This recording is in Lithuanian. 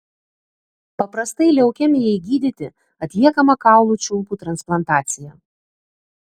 paprastai leukemijai gydyti atliekama kaulų čiulpų transplantacija